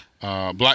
Black